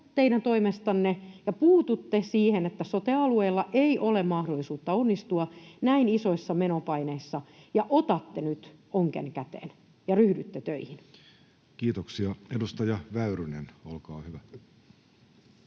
niin, että puututte siihen, kun sote-alueilla ei ole mahdollisuutta onnistua näin isoissa menopaineissa, ja otatte nyt ongen käteen ja ryhdytte töihin? Kiitoksia. — Edustaja Väyrynen, olkaa hyvä.